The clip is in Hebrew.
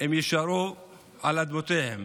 הם יישארו על אדמותיהם.